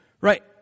Right